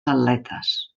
atletes